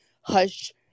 hush